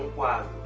was